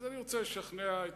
אז אני רוצה לשכנע את